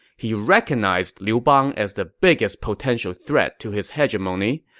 he recognized liu bang as the biggest potential threat to his hegemony.